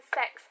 sex